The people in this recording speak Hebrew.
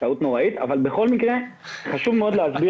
טעות נוראית, בכל מקרה אני מדבר